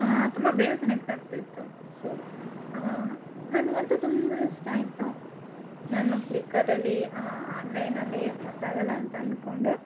ತುಂಬ ಬೇಗ ಕನೆಕ್ಟ್ ಆಗ್ತಿತ್ತು ಸೊ ನನಗಂತೂ ತುಂಬ ಇಷ್ಟ ಆಯಿತು ನಾನು ಫ್ಲಿಕ್ಕಾರ್ಟಲ್ಲಿ ಆನ್ಲೈನಲ್ಲಿ ಮೋಸ ಆಗೋಲ್ಲ ಅಂತ ಅಂದುಕೊಂಡೆ